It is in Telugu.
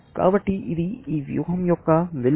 కాబట్టి అది ఈ వ్యూహం యొక్క విలువ